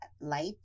light